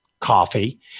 coffee